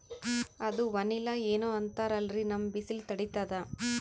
ಅದು ವನಿಲಾ ಏನೋ ಅಂತಾರಲ್ರೀ, ನಮ್ ಬಿಸಿಲ ತಡೀತದಾ?